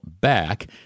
back